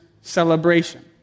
celebration